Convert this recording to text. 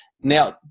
Now